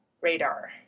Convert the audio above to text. radar